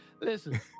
Listen